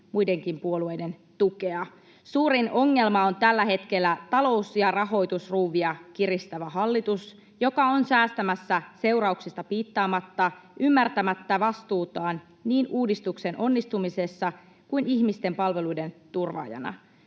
muidenkin puolueiden tukea. Suurin ongelma on tällä hetkellä talous- ja rahoitusruuvia kiristävä hallitus, joka on säästämässä seurauksista piittaamatta, ymmärtämättä vastuutaan niin uudistuksen onnistumisessa kuin ihmisten palveluiden turvaajana.